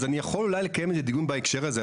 אז אני יכול אולי לקיים איזה דיון בהקשר הזה,